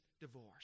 divorce